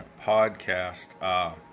podcast